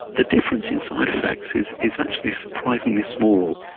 the difference in side-effects is is actually surprisingly small.